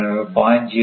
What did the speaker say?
எனவே 0